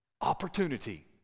opportunity